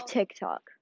TikTok